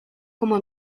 como